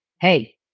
hey